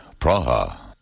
Praha